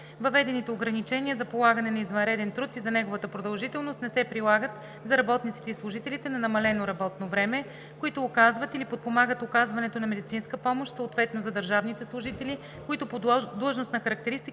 Въведените ограничения за полагане на извънреден труд и за неговата продължителност не се прилагат за работниците и служителите на намалено работно време, които оказват или подпомагат оказването на медицинска помощ, съответно за държавните служители, които по длъжностна характеристика